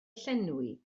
llenwi